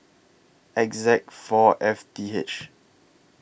X Z four F D H